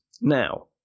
Now